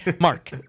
Mark